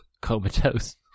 comatose